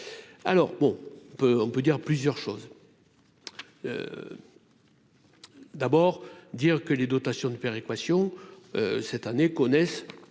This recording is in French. alors bon, on peut dire plusieurs choses. D'abord dire que les dotations de péréquation cette année connaissent,